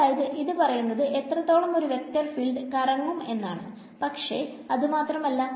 അതായത് ഇത് പറയുന്നത് എത്രത്തോളം ഒരു വെക്ടർ ഫീൽഡ് കറങ്ങും എന്നാണ് പക്ഷെ അത് മാത്രം അല്ല